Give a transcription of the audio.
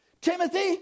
Timothy